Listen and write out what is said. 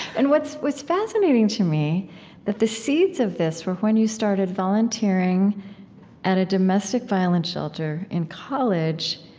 and what's what's fascinating to me that the seeds of this were when you started volunteering at a domestic violence shelter in college,